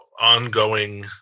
ongoing